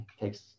takes